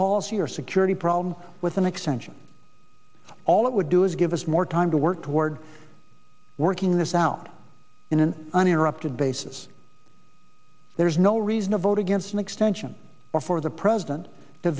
policy or security problem with an extension all it would do is give us more time to work toward working this out in an uninterrupted basis there is no reasonable to gives an extension before the president to